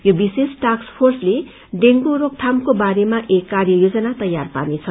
यो विशेष टास्क फोर्सले डेंगू रोकथामको बारेमा एक कार्येयोजना तयार पार्नेछ